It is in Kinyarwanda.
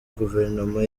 guverinoma